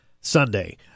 Sunday